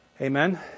Amen